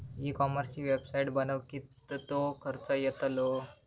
E कॉमर्सची website बनवक किततो खर्च येतलो?